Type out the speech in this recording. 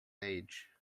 age